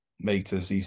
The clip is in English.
meters